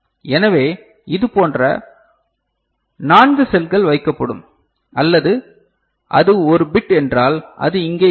எனவே இதுபோன்ற 4 செல்கள் வைக்கப்படும் அல்லது அது ஒரு பிட் என்றால் அது இங்கே இருக்கும்